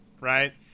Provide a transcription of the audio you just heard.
right